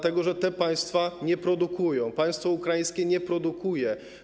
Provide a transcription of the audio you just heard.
Te państwa nie produkują, państwo ukraińskie nie produkuje.